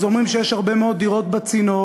אז אומרים שיש הרבה מאוד דירות בצינור